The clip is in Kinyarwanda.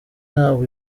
nabwo